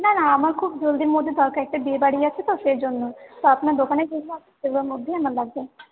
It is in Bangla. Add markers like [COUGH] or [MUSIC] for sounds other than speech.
না না আমার খুব জলদির মধ্যে দরকার একটা বিয়েবাড়ি আছে তো সেই জন্য তা আপনার দোকানে কি কি আছে [UNINTELLIGIBLE] সেগুলোর মধ্যেই আমার লাগবে